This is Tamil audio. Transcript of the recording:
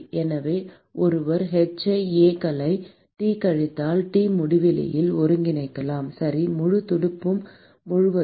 எனவே ஒருவர் h ஐ d A களை T கழித்தல் T முடிவிலியில் ஒருங்கிணைக்கலாம் சரி முழு துடுப்பு முழுவதும்